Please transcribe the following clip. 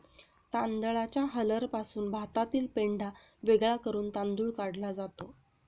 तांदळाच्या हलरपासून भातातील पेंढा वेगळा करून तांदूळ काढला जातो